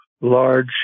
large